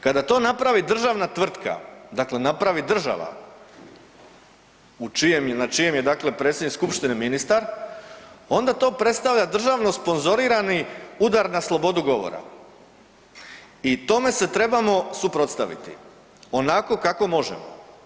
Kada to napravi državna tvrtka, dakle napravi država na čijem je predsjednik skupštine ministar onda to predstavlja državno sponzorirani udar na slobodu govora i tome se trebamo suprotstaviti onako kako možemo.